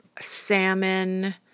Salmon